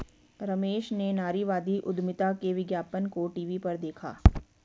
रमेश ने नारीवादी उधमिता के विज्ञापन को टीवी पर देखा